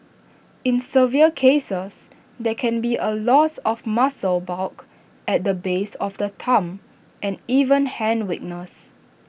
in severe cases there can be A loss of muscle bulk at the base of the thumb and even hand weakness